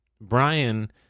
Brian